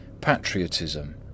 Patriotism